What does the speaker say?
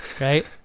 Right